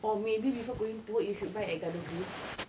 or maybe before going to work you should buy at gado grill